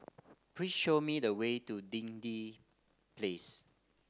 please show me the way to Dinding Place